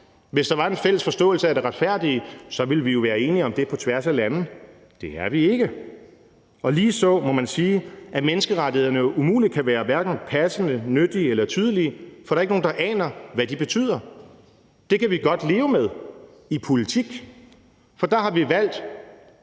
Hvis der var en fælles forståelse af det retfærdige, ville vi jo være enige om det på tværs af lande. Det er vi ikke. Og ligeså må man sige, at menneskerettighederne umuligt kan være passende, nyttige eller tydelige, for der er ikke nogen, der aner, hvad de betyder. Det kan vi godt leve med i politik, for der har vi valgt